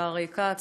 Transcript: השר כץ,